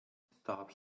plaanis